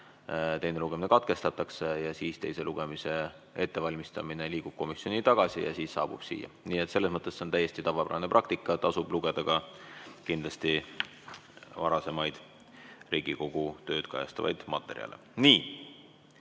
teine lugemine katkestatakse, teise lugemise ettevalmistamine liigub komisjoni tagasi ja siis eelnõu saabub siia. Nii et selles mõttes on see täiesti tavapärane praktika. Tasub lugeda kindlasti ka varasemaid Riigikogu tööd kajastavaid materjale. Nii.